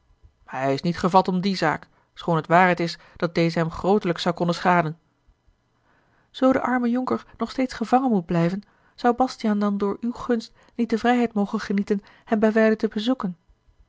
hij is niet gevat om die zaak schoon het waarheid is dat deze hem grootelijks zou konnen schaden zoo de arme jonker nog steeds gevangen moet blijven zou bastiaan dan door uwe gunst niet de vrijheid mogen genieten hem bijwijlen te bezoeken